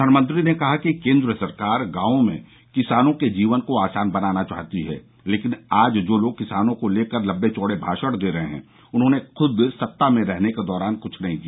प्रधानमंत्री ने कहा कि केंद्र सरकार गांवों में किसानों के जीवन को आसान बनाना चाहती है लेकिन आज जो लोग किसानों को लेकर लंबे चौडे भाषण दे रहे हैं उन्होंने खुद सत्ता में रहने के दौरान क्छ नहीं किया